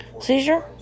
Seizure